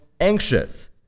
anxious